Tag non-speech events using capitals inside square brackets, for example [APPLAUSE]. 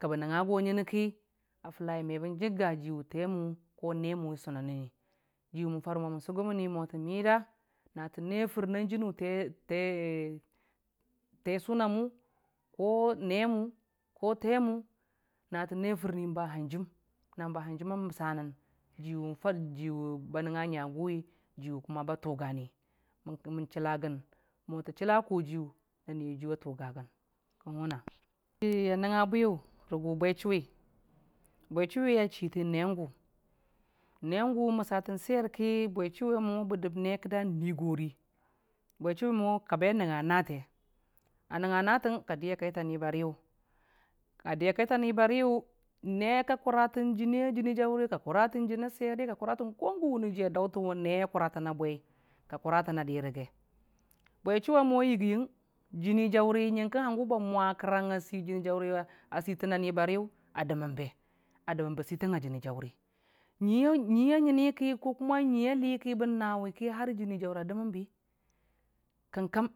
Ki bə nəngnga go ngəne ki me bən jəgga ji nemu na Temu sunənni jimən fare mo mən sʊgəməni mo tə mida na tə ne fʊrnan jənu nne te te Tesʊni mu ko nemu a jənu [UNINTELLIGIBLE] nemu [UNINTELLIGIBLE] lemu na tə nga tə ne fʊrni ba hənjim na ba hanjim a məsa nən jin fa mən fari ji wʊ [UNINTELLIGIBLE] ba nəngnga ngaguwi ji wʊ kʊma ba tʊgani mən chəla gən mo tə chəla kojiyʊ na niyajiyʊ a tʊga gən kə wʊna ji a nəngnga bwiyu rə gʊ bwe chʊwi, bwe chʊwi a chi tən neen au nengu məsa tən swerki bə he dan dwigori bwe chʊwiya mʊwe ka be a nəngnga nate, a nəngnga natəng ka diya ya kaita ni bariyʊ a di a kaita ni bariyʊ ne ka kʊratən jəni a jəni jauriyʊ ka kʊratən jəna sweri ka kʊratən ko gə wən ji a dautənwi wʊne kʊralan i ne ka kʊratən a di gre, bwe chʊwi a mʊ a yəgiyən, jəni jauri ngənke hangʊ ba mwa kərang a sitən jəni jauri gəra nibari yən a dəmənbe a dəmənbe ngənke ba si rəgən nyui ya ngəni ko kuma nyui ngəni bən nawe ki meba si jəni jauriyʊ ki a dəmən bi kəm- kəm.